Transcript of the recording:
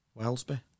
Wellsby